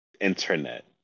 internet